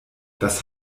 das